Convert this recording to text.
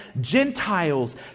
gentiles